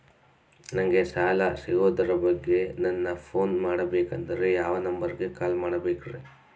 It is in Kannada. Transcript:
ನಂಗೆ ಸಾಲ ಸಿಗೋದರ ಬಗ್ಗೆ ನನ್ನ ಪೋನ್ ಮಾಡಬೇಕಂದರೆ ಯಾವ ನಂಬರಿಗೆ ಕಾಲ್ ಮಾಡಬೇಕ್ರಿ?